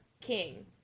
king